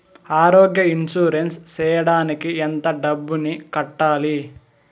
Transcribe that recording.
ఆరోగ్య ఇన్సూరెన్సు సేయడానికి ఎంత డబ్బుని కట్టాలి?